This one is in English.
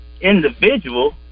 individual